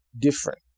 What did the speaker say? different